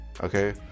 Okay